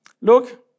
Look